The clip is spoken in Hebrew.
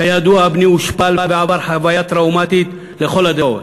כידוע, בני הושפל ועבר חוויה טראומטית לכל הדעות.